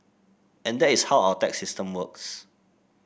and that is how our tax system works